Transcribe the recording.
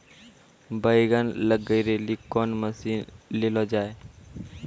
बैंगन लग गई रैली कौन मसीन ले लो जाए?